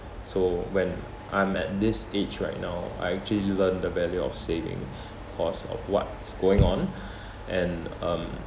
so when I'm at this age right now I actually learn the value of saving cause of what's going on and um